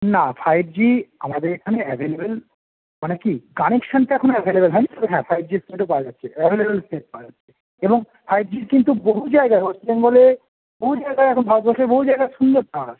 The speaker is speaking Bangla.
না ফাইভ জি আমাদের এখানে অ্যাভেলেবেল মানে কী কানেকশানটা এখনও অ্যাভেলেবেল হয় নি তবে হ্যাঁ ফাইভ জির সেটও পাওয়া যাচ্ছে অ্যাভেলেবেল সেট পাওয়া যাচ্ছে এবং ফাইভ জির কিন্তু বহু জায়গায় ওয়েস্ট বেঙ্গলে বহু জায়গায় এখন ভারতবর্ষের বহু জায়গায় সুন্দর টাওয়ার